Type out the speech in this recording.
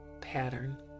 pattern